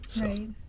Right